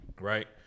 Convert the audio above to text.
Right